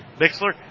Bixler